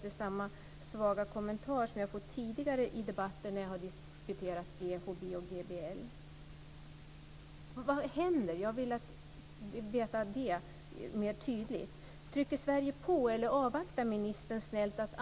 Det är samma svaga kommentar som jag har fått tidigare i debatten om Jag vill mer tydligt få veta vad som händer. Trycker Sverige på, eller avvaktar ministern snällt att